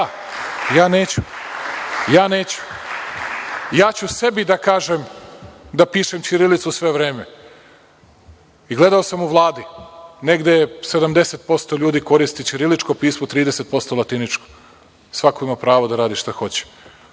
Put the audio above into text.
pismu? Da? Ja neću. Ja ću sebi da pišem ćirilicu sve vreme. Gledao sam u Vladi, negde 70% ljudi koristi ćiriličko pismo, 30% latiničko, svako ima pravo da radi šta hoće.